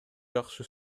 жакшы